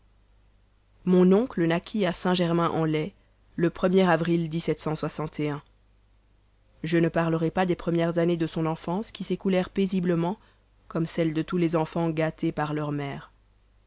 mon oncle naquit à saint germain en laye le er avril je ne parlerai pas des premières années de son enfance qui s'écoulèrent paisiblement comme celles de tous les enfans gâtés par leur mère